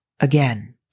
again